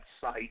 site